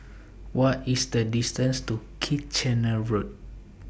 What IS The distance to Kitchener Road